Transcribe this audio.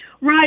Right